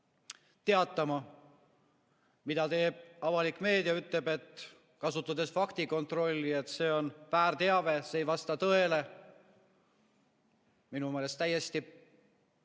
teatama. Mida teeb avalik meedia? Ütleb, kasutades faktikontrolli, et see on väärteave, see ei vasta tõele. Minu meelest [võiks